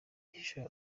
sha